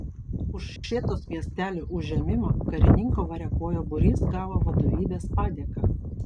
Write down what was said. už šėtos miestelio užėmimą karininko variakojo būrys gavo vadovybės padėką